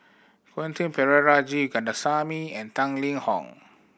Quentin Pereira G Kandasamy and Tang Liang Hong